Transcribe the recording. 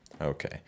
okay